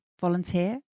Volunteer